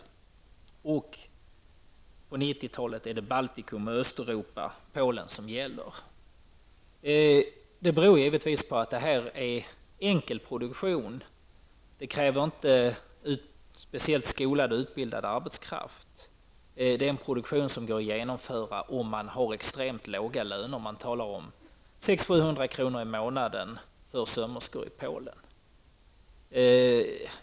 Under 1990-talet är det Baltikum, Östeuropa och Polen som gäller. Det beror naturligtvis på att det är fråga om en enkel produktion. Den kräver inte speciellt skolad arbetskraft. Det är en produktion som går att genomföra även med extremt låga löner. Man talar om 600--700 kr. i månaden för sömmerskor i Polen.